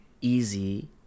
easy